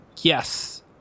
yes